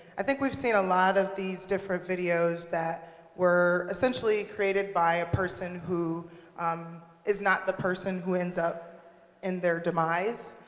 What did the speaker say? i think we've seen a lot of these different videos that were essentially created by a person who um is not the person who ends up in their demise.